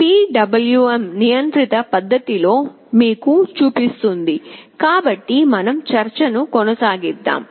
PWM నియంత్రిత పద్ధతిలో మీకు చూపిస్తుంది కాబట్టి మన చర్చను కొనసాగిద్దాం